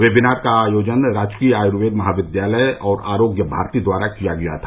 webinar का आयोजन राजकीय आयुर्वेद महाविद्यालय और आरोग्य भारती द्वारा किया गया था